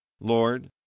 Lord